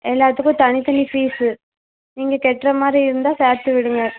எல்லாத்துக்கும் தனித்தனி ஃபீஸ்ஸு நீங்கள் கட்றமாரி இருந்தால் சேர்த்து விடுங்க